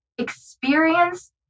experience